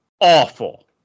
awful